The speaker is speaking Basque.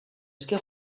eske